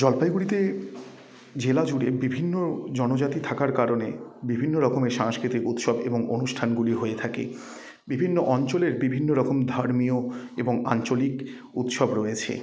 জলপাইগুড়িতে জেলা জুড়ে বিভিন্ন জনজাতি থাকার কারণে বিভিন্ন রকমের সাংস্কৃতিক উৎসব এবং অনুষ্ঠানগুলি হয়ে থাকে বিভিন্ন অঞ্চলের বিভিন্ন রকম ধর্মীয় এবং আঞ্চলিক উৎসব রয়েছে